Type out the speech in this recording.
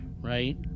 right